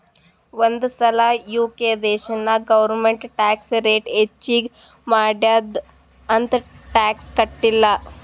ಒಂದ್ ಸಲಾ ಯು.ಕೆ ದೇಶನಾಗ್ ಗೌರ್ಮೆಂಟ್ ಟ್ಯಾಕ್ಸ್ ರೇಟ್ ಹೆಚ್ಚಿಗ್ ಮಾಡ್ಯಾದ್ ಅಂತ್ ಟ್ಯಾಕ್ಸ ಕಟ್ಟಿಲ್ಲ